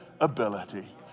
ability